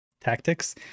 Tactics